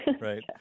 right